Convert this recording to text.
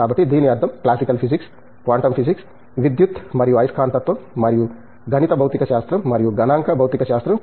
కాబట్టి దీని అర్థం క్లాసికల్ ఫిజిక్స్ క్వాంటం ఫిజిక్స్ విద్యుత్ మరియు అయస్కాంతత్వం మరియు గణిత భౌతిక శాస్త్రం మరియు గణాంక భౌతిక శాస్త్రం